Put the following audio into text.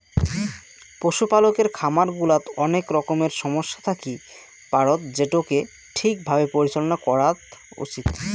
পশুপালকের খামার গুলাত অনেক রকমের সমস্যা থাকি পারত যেটোকে ঠিক ভাবে পরিচালনা করাত উচিত